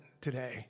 today